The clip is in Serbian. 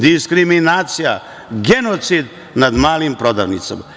Diskriminacija, genocid nad malim prodavnicama.